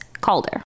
Calder